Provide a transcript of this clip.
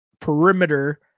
perimeter